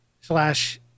slash